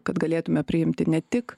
kad galėtume priimti ne tik